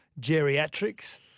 geriatrics